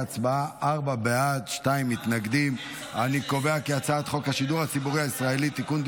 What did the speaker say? ההצעה להעביר את הצעת חוק השידור הציבורי הישראלי (תיקון,